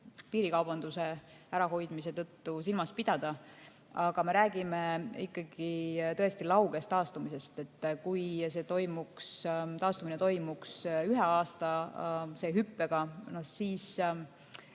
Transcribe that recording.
piirikaubanduse ärahoidmise tõttu silmas pidada. Aga me räägime ikkagi tõesti laugest taastumisest. Kui see taastumine toimuks üheaastase hüppega, siis